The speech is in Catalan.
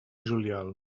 juliol